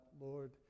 Lord